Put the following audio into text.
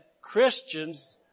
Christians